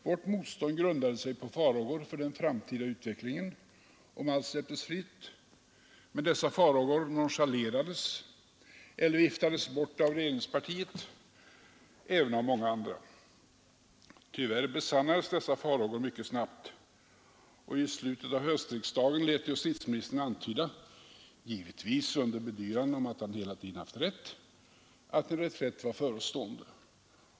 Vårt motstånd grundade sig på farhågor för den framtida utvecklingen om allt släpptes fritt, men dessa farhågor nonchalerades eller viftades bort av regeringspartiet och även av många andra. Dock besannades dessa farhågor tyvärr mycket snabbt, och i slutet av höstriksdagen lät justitieministern antyda — givetvis under bedyranden om att han hela tiden haft rätt — att en reträtt var förestående.